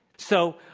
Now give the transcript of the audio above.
so,